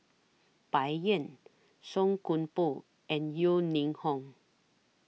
Bai Yan Song Koon Poh and Yeo Ning Hong